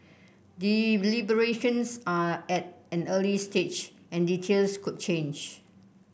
deliberations are at an early stage and details could change